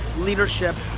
leadership